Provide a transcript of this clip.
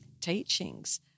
teachings